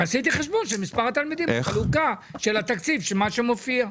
עשיתי חשבון של מספר התלמידים בחלוקה של התקציב שמופיע.